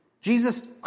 Jesus